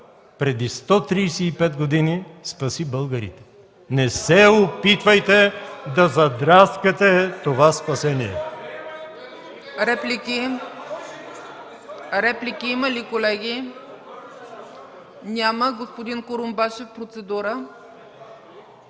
преди 135 години спаси българите. Не се опитвайте да задраскате това спасение!